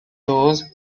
those